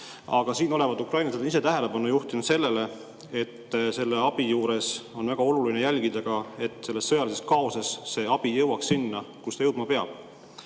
Aga siin olevad ukrainlased ise on tähelepanu juhtinud sellele, et seejuures on väga oluline jälgida, et sõjalises kaoses see abi jõuaks sinna, kuhu ta jõudma peab.